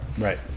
Right